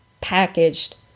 packaged